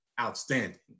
outstanding